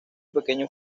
pequeño